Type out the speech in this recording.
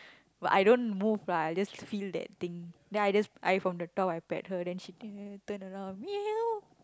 but I don't move lah I just feel that thing then I just I from the top I pet her then she t~ turn around meow